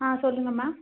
ஆ சொல்லுங்க அம்மா